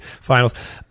finals